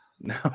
No